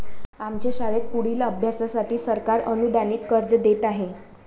आमच्या शाळेत पुढील अभ्यासासाठी सरकार अनुदानित कर्ज देत आहे